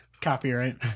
Copyright